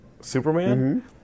Superman